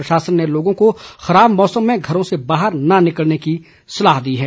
प्रशासन ने लोगों को खराब मौसम में घरों से बाहर न निकलने की सलाह दी है